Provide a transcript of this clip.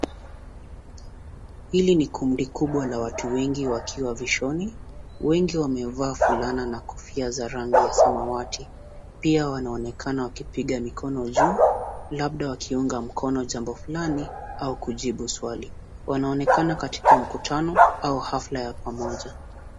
Hili ni kundi kubwa la watu wengi wakiwa vishoni. Wengi wamevaa fulana na kofia za rangi ya samawati. Pia wanaonekana wakipiga mikono juu, labda wakiunga mkono jambo fulani au kujibu swali. Wanaonekana katika mkutano au hafla ya pamoja.